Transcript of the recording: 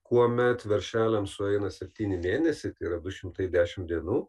kuomet veršeliam sueina septyni mėnesiai tai yra du šimtai dešim dienų